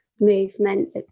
movements